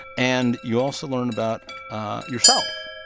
and you also learn about ah yourself,